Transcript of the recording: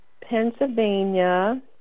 Pennsylvania